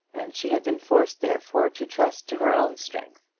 and she had been forced therefore to trust to her own strength.